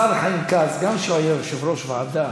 השר חיים כץ, גם כשהוא היה יושב-ראש ועדה